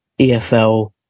EFL